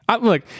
look